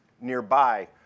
nearby